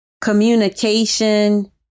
communication